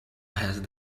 have